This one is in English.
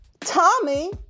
Tommy